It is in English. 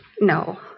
No